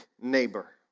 neighbor